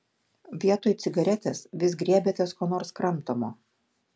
vietoj cigaretės vis griebiatės ko nors kramtomo